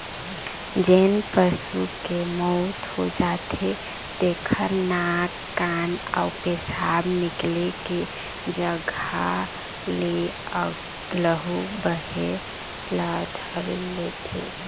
जेन पशु के मउत हो जाथे तेखर नाक, कान अउ पेसाब निकले के जघा ले लहू बहे ल धर लेथे